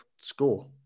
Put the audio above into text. score